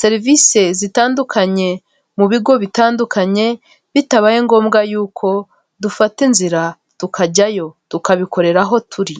serivisi zitandukanye mu bigo bitandukanye bitabaye ngombwa yuko dufata inzira tukajyayo tukabikorera aho turi.